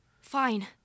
Fine